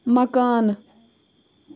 مکانہٕ